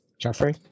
Jeffrey